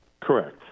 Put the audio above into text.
Correct